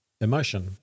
Emotion